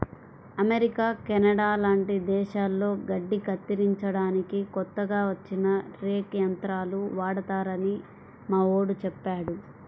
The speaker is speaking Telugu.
అమెరికా, కెనడా లాంటి దేశాల్లో గడ్డి కత్తిరించడానికి కొత్తగా వచ్చిన రేక్ యంత్రాలు వాడతారని మావోడు చెప్పాడు